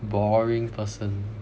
boring person